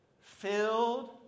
Filled